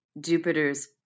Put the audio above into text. Jupiter's